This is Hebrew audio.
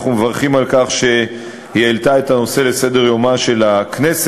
אנחנו מברכים על כך שהיא העלתה את הנושא לסדר-יומה של הכנסת,